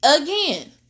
again